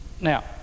Now